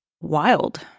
wild